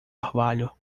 orvalho